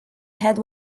had